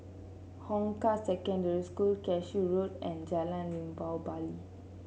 Hong Kah Secondary School Cashew Road and Jalan Limau Bali